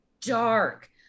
dark